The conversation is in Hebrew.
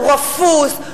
הוא רפוס,